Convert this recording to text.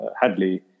Hadley